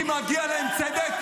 כי מגיע להם צדק,